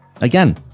Again